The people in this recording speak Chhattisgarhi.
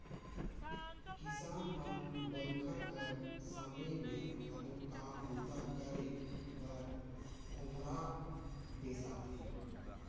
किसान मन बरिखा कर समे मे घलो काम बूता करे बर खोम्हरा बेसाथे